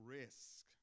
risk